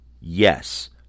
Yes